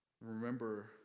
Remember